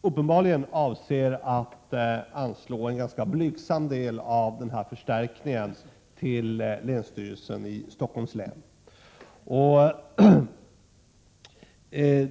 uppenbarligen avser att anslå en ganska blygsam del av den aktuella förstärkningen till länsstyrelsen i Stockholms län.